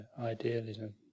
idealism